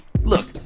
Look